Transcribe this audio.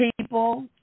people